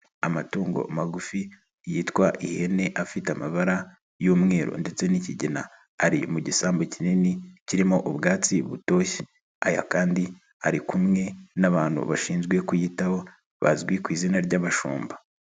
Amatungo magufi yitwa ihene afite amabara y'umweru ndetse n'ikigina ari mu gisambu kinini kirimo ubwatsi butoshye, aya kandi ari kumwe n'abantu bashinzwe kuyitaho bazwi ku izina ry'abashumba.